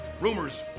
rumors